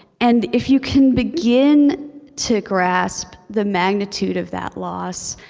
and if you can begin to grasp the magnitude of that loss,